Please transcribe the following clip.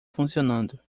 funcionando